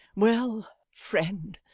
well, friend,